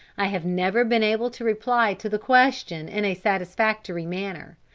i have never been able to reply to the question in a satisfactory manner.